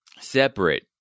separate